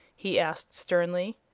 he asked, sternly.